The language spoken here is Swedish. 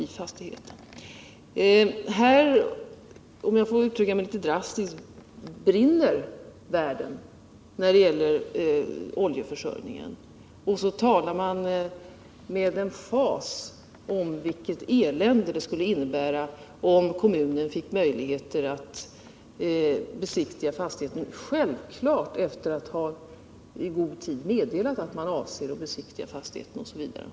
Världen brinner — för att uttrycka det litet drastiskt — när det gäller oljeförsörjningen, och så talar man med emfas om vilket elände det skulle innebära om kommunerna fick möjiigheter att besiktiga fastigheterna, självfallet efter att i god tid ha meddelat att man avser att besiktiga fastigheten!